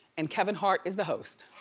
and kevin hart is the host.